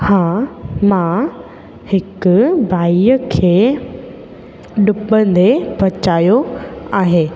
हा मां हिकु भाईअ खे डुबंदे बचायो आहे